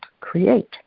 create